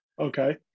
Okay